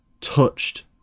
touched